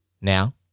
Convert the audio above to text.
Now